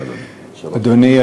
בבקשה, אדוני.